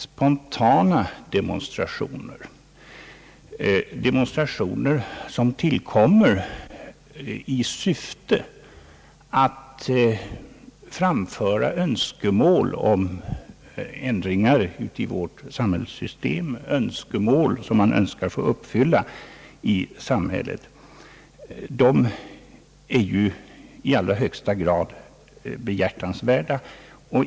Spontana demonstrationer, som tillkommer i syfte att framföra önskemål som man vill ha uppfyllda om ändringar i vårt samhällssystem är i allra högsta grad behjärtansvärda.